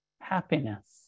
happiness